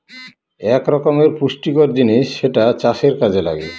এক রকমের পুষ্টিকর জিনিস যেটা চাষের কাযে লাগে